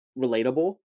relatable